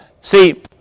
See